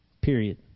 Period